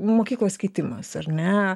mokyklos keitimas ar ne